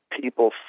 people